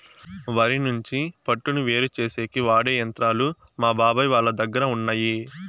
వరి నుంచి పొట్టును వేరుచేసేకి వాడె యంత్రాలు మా బాబాయ్ వాళ్ళ దగ్గర ఉన్నయ్యి